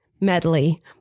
medley